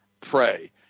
Pray